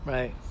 Right